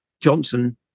Johnson